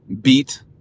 beat